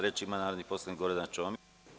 Reč ima narodni poslanik Gordana Čomić.